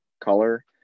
color